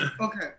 Okay